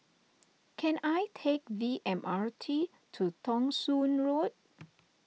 can I take the M R T to Thong Soon Road